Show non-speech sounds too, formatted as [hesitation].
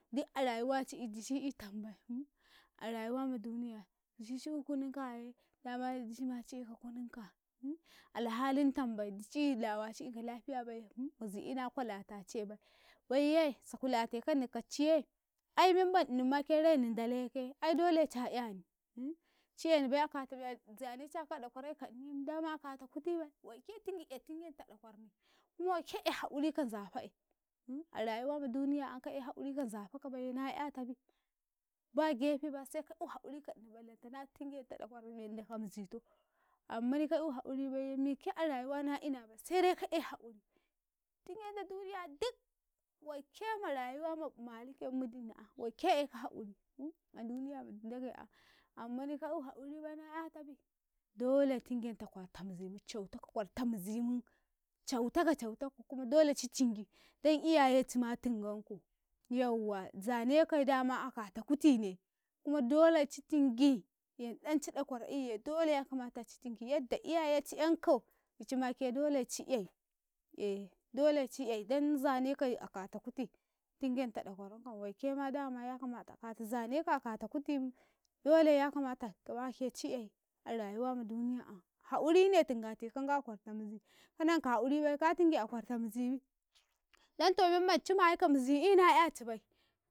﻿Duk a rayuwa ci'i dici'i tambai [hesitation] a rayuwama duniya dici ci eu kunikaye dama cimaci eka kunika alhalin tambai, dici'i lawaci ka lafiyabai mizili na kulatacebai, baiye sakulatekanni kace iye aimemman innimake raini dalaye ke ai dole ca'yani [hesitation] ci enibai a katamiya, zayane caka ɗakwarai ka inim dama a kata kutibai waike tingi eh tingenta ɗa kwarni kuma waike eh haquri kan eh kanzafa'e him a rayuwa maduniya an ka'eh haquri kanzafaka baiye na'yatabi, ba gefema sai hakauri ballantana tingenta ɗakwara men do mizito ammani ka eu haquri baiye mike a rayuwa inabai sede ka e haquri, tingenta duniya duk waike ma rayuwa ma maliki yaumi iddini an waike eka haquri [hesitation] a duniya mandagai an ammani ka eu haquribai na 'yatabi dole tingenta kwarta muzimu cautaka kwarta mizimu cautakau, cautakau kuma dole ci tingi don iyaye cima tingankau yawwa nzanekai dama akata kutine ko dole ya kamata ci tingi yadda 'yayeci yankau make dole ci ee eh dole ci ee dan zane kai akata kuti, tingenta ɗakwarau kan waikema dama ya kamata a kata zanekai akata kutim dole ya kamata gomake ci ey a rayuwama duniya 'yan haqurine tingate kauga a kwarta mizi ka nanka haquribai ka tinge a kwarta mizi bi don to memman ci mayika mizi ina 'yacibai.